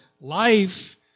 life